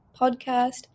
podcast